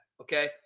Okay